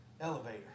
elevator